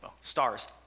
stars